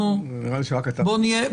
נראה לי שרק אתה זוכר.